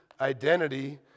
identity